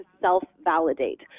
self-validate